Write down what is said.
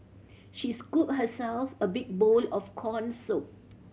she scooped herself a big bowl of corn soup